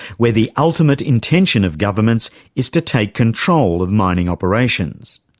where the ultimate intention of governments is to take control of mining operations.